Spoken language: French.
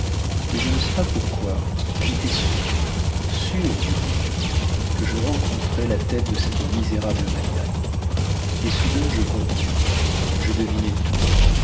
mais je ne sais pourquoi j'étais sûr sûr vous dis-je que je rencontrais la tête de cette misérable maniaque et soudain je compris je devinai tout